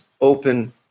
open